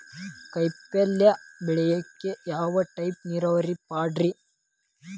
ಕಾಯಿಪಲ್ಯ ಬೆಳಿಯಾಕ ಯಾವ ಟೈಪ್ ನೇರಾವರಿ ಪಾಡ್ರೇ?